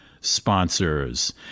sponsors